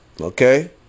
Okay